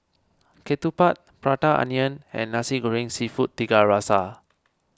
Ketupat Prata Onion and Nasi Goreng Seafood Tiga Rasa